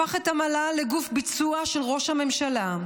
הפך את המל"ל לגוף ביצוע של ראש הממשלה,